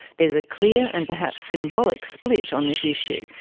there's a clear and perhaps symbolic split on this issue.